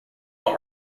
all